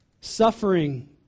suffering